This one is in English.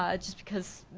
ah just because,